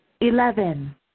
eleven